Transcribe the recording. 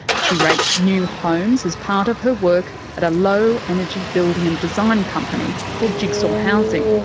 she rates new homes as part of her work at a low energy building and design company called jigsaw housing.